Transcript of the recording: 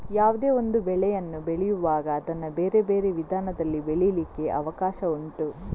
ಯಾವುದೇ ಒಂದು ಬೆಳೆಯನ್ನು ಬೆಳೆಯುವಾಗ ಅದನ್ನ ಬೇರೆ ಬೇರೆ ವಿಧಾನದಲ್ಲಿ ಬೆಳೀಲಿಕ್ಕೆ ಅವಕಾಶ ಉಂಟು